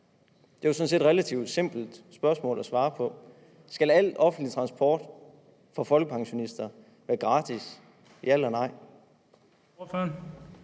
set et relativt simpelt spørgsmål at svare på: Skal al offentlig transport for folkepensionister være gratis, ja eller nej?